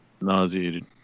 Nauseated